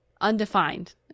undefined